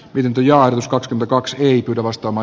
vienti ja ranska kaksi ipr vastaava